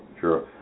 sure